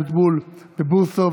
משה אבוטבול ואוריאל בוסו,